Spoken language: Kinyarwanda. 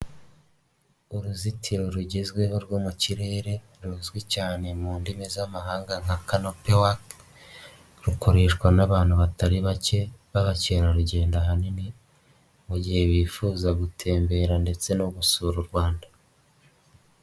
Uruzitiro rugizweho rwo mu kirere ruzwi cyane mu ndimi z'amahanga nka kanopewa, rukoreshwa n'abantu batari bake b'abakerarugendo ahanini, mu gihe bifuza gutembera ndetse no gusura u Rwanda.